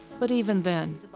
but even then,